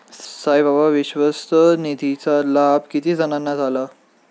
साईबाबा विश्वस्त निधीचा लाभ किती जणांना झाला?